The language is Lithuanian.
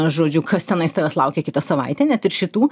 žodžiu kas tenais tavęs laukia kitą savaitę net ir šitų